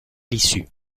l’issue